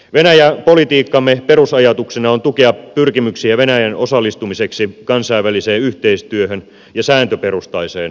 venäjä politiikkaamme perusajatuksena on tukea pyrkimyksiä venäjän osallistumiseksi kansainväliseen yhteistyöhön ja sääntöperustaiseen toimintaan